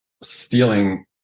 stealing